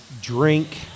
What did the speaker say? drink